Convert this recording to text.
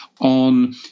On